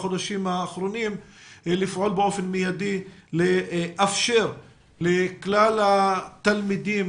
בחודשים האחרונים - כך שיתאפשר לכלל התלמידים